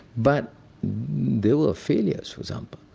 but there were failures for example.